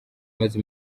imaze